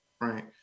Right